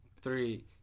three